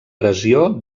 pressió